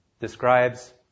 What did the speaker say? describes